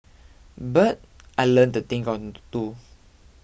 but I learnt the thing or to do